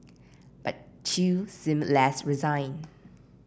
but Chew seemed less resigned